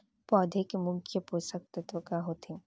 पौधे के मुख्य पोसक तत्व का होथे?